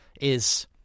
is-